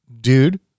dude